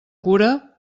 cura